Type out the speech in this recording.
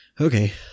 Okay